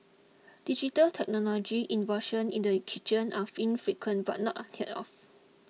digital technology innovation in the kitchen are infrequent but not unheard of